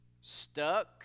stuck